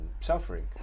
suffering